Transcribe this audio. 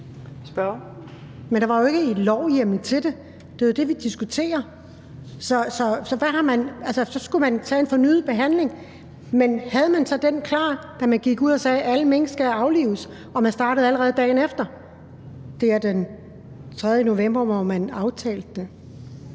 Men der var jo ikke lovhjemmel til det. Det er jo det, vi diskuterer. Altså, så skulle man lave en fornyet behandling, men havde man så den klar, da man gik ud og sagde, at alle mink skal aflives, hvor man allerede startede dagen efter – det var den 3. november, hvor man aftalte det?